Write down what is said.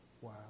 Wow